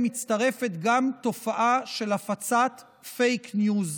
מצטרפת אל התופעות האלה גם תופעה של הפצת פייק ניוז.